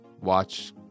watch